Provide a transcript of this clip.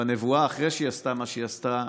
בנבואה אחרי שהיא עשתה מה שהיא עשתה,